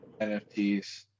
NFTs